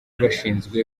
bashinzwe